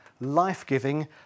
life-giving